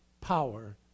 power